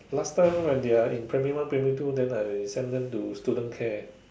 last time when they are in primary one primary two then I send them to student care